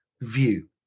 view